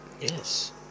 yes